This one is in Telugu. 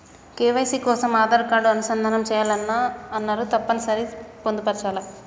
కే.వై.సీ కోసం ఆధార్ కార్డు అనుసంధానం చేయాలని అన్నరు తప్పని సరి పొందుపరచాలా?